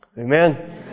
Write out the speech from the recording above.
Amen